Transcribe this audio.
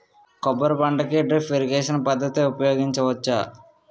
కొబ్బరి పంట కి డ్రిప్ ఇరిగేషన్ పద్ధతి ఉపయగించవచ్చా?